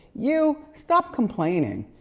you, stop complaining,